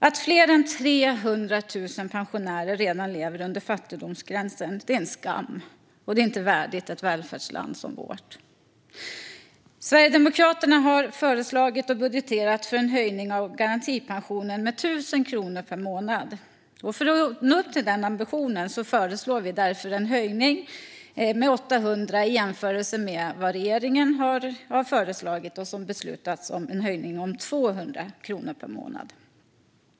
Att fler än 300 000 pensionärer redan lever under fattigdomsgränsen är en skam och inte värdigt ett välfärdsland som vårt. Sverigedemokraterna har föreslagit och budgeterat för en höjning av garantipensionen med 1 000 kronor per månad. För att nå upp till denna ambition föreslår vi en höjning med 800 kronor per månad utöver den höjning som regeringen föreslagit och som beslutats om med 200 kronor per månad.